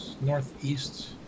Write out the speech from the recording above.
northeast